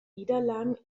niederlagen